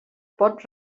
pot